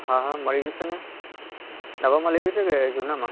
હા હા મળી જશે ને નવામાં લેવી છે કે જૂનામાં